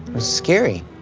scary.